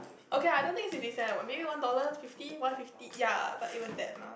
okay ah I don't it's fifty cents ah maybe one dollar fifty one fifty but ya but it was that amount